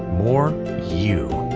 more you.